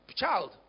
child